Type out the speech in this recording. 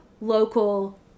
local